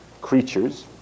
creatures